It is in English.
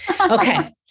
Okay